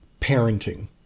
parenting